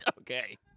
Okay